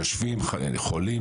יושבים חולים,